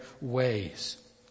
ways